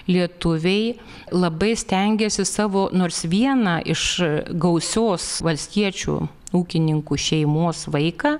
lietuviai labai stengėsi savo nors vieną iš gausios valstiečių ūkininkų šeimos vaiką